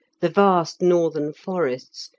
the vast northern forests,